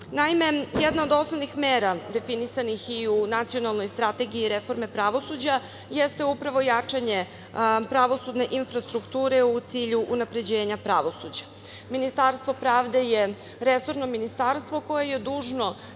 pravde. Naime, jedna od osnovnih mera definisanih i u Nacionalnoj strategiji reforme pravosuđa jeste upravo jačanje pravosudne infrastrukture u cilju unapređenja pravosuđa. Ministarstvo pravde je resorno ministarstvo koje je dužno